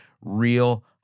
real